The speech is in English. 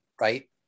right